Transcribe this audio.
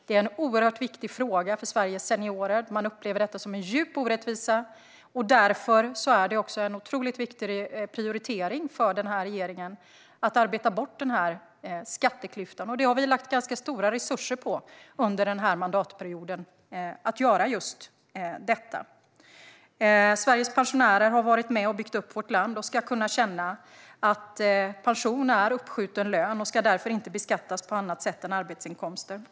Det är en oerhört viktig fråga för Sveriges seniorer, som upplever detta som en djup orättvisa. Därför är det också en otroligt viktig prioritering för den här regeringen att arbeta bort denna skatteklyfta. Vi har lagt ganska stora resurser under mandatperioden på att göra just detta. Sveriges pensionärer har varit med och byggt upp vårt land. De ska kunna känna att pension är uppskjuten lön och därför inte ska beskattas på annat sätt än arbetsinkomster.